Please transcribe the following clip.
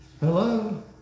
Hello